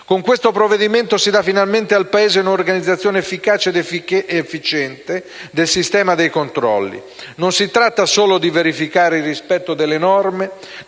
Con questo provvedimento si dà finalmente al Paese un'organizzazione efficace ed efficiente del sistema dei controlli. Non si tratta solo di verificare il rispetto delle norme,